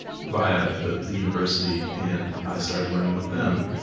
via the the university and i started learning with them.